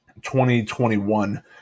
2021